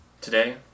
Today